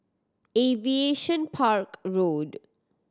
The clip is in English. Aviation Park Road